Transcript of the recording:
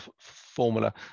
formula